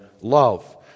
love